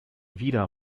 wieder